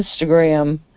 Instagram